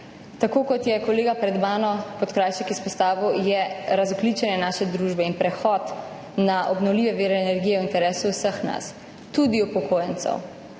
Tako kot je kolega Podkrajšek pred mano izpostavil, je razogljičenje naše družbe in prehod na obnovljive vire energije v interesu vseh nas, tudi upokojencev,